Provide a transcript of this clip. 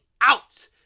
out